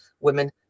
women